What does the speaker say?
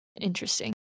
interesting